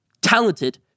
talented